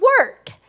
work